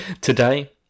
today